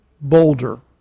boulder